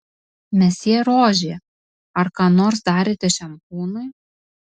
mesjė rožė ar ką nors darėte šiam kūnui